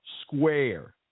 square